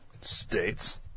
states